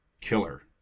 killer